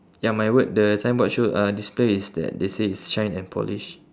ya my word the signboard show uh display is that they say is shine and polish